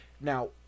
Now